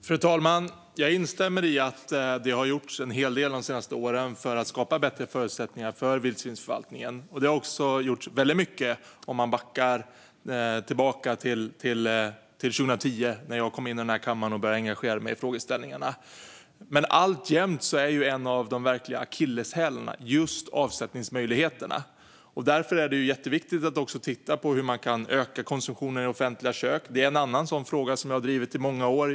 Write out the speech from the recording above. Fru talman! Jag instämmer i att det har gjorts en hel del de senaste åren för att skapa bättre förutsättningar för vildsvinsförvaltningen, och det har också gjorts väldigt mycket om man backar tillbaka till 2010, då jag kom in i den här kammaren och började engagera mig i frågeställningarna. Men alltjämt är ju en av de verkliga akilleshälarna just avsättningsmöjligheterna, och därför är det jätteviktigt att också titta på hur man kan öka konsumtionen i offentliga kök. Det är en annan fråga som jag drivit i många år.